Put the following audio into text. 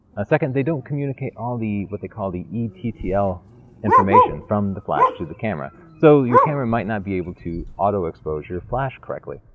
ah second, they don't communicate all the, what they call the ettl information, from the flash to the camera. so your camera might not be able to auto expose your flash correctly.